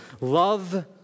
Love